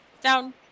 down